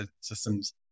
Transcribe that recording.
systems